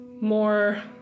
more